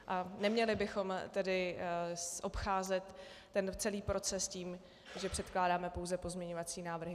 A neměli bychom tedy obcházet celý proces tím, že předkládáme pouze pozměňovací návrhy.